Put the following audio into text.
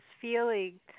feeling